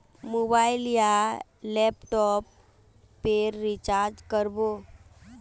Mobile या laptop पेर recharge कर बो?